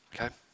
Okay